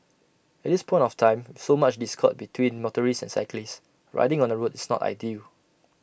at this point of time so much discord between motorists and cyclists riding on the road is not ideal